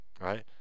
right